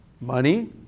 money